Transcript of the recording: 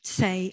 say